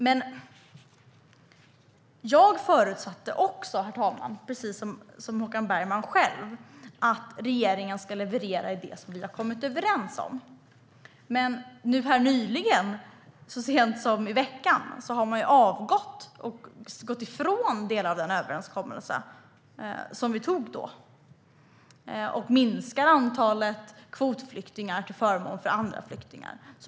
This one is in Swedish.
Men jag förutsätter också, precis som Håkan Bergman själv, att regeringen ska leverera det som vi har kommit överens om. Men nyligen, så sent som i veckan, gick man ifrån delar av den överenskommelse vi gjorde. Man minskar antalet kvotflyktingar till förmån för andra flyktingar.